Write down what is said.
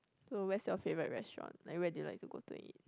so where's your favourite restaurant like where do you like to go to and eat